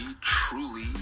truly